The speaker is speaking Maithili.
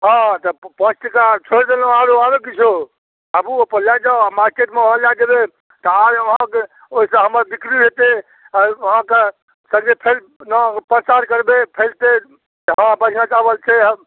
हँ तऽ पाँच टका छोड़ि देलौँ आओर आओर किछु आबू अपन लऽ जाउ आओर मार्केटमे अहाँ लैलए जेबै तऽ आओर अहाँके ओहिसँ हमर बिक्री हेतै अहाँके ओ प्रचार करबै फैलते हँ बढ़िआँ चावल छै